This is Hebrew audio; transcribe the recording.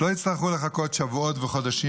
כדי שלא יצטרכו לחכות שבועות וחודשים